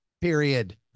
period